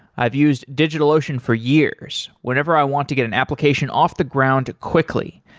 i've used digitalocean for years whenever i want to get an application off the ground quickly,